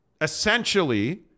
essentially